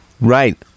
right